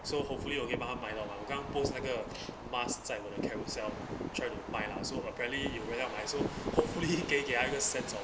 so hopefully okay mah 帮她卖到完了我刚 post 那个 mask 在我的 carousell try to buy lah so apparently 有人要买 so hopefully 给给 ah 一个 sense of